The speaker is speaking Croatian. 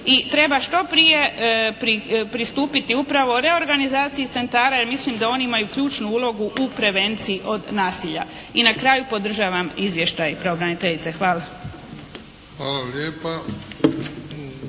treba što prije pristupiti upravo reorganizaciji centara jer mislim da oni imaju ključnu ulogu u prevenciji od nasilja. I na kraju podržavam izvještaj